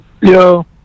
Yo